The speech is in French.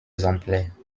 exemplaires